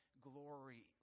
glory